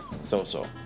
so-so